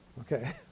Okay